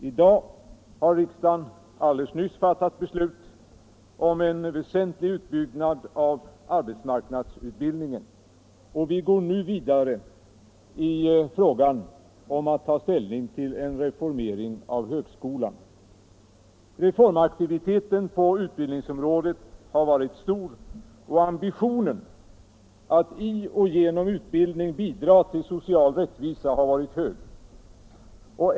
I dag har riksdagen alldeles nyss fattat beslut om en väsentlig utbyggnad av arbetsmarknadsutbildningen, och vi går nu vidare med frågan att ta ställning till en reformering av högskolan. Reformaktiviteten på utbildningsområdet har varit stor, och ambitionen att i och genom utbildning bidra till social rättvisa har varit hög.